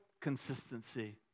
consistency